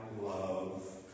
love